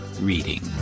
reading